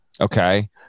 Okay